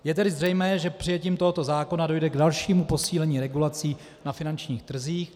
Je tedy zřejmé, že přijetím tohoto zákona dojde k dalšímu posílení regulací na finančních trzích.